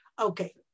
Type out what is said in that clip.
Okay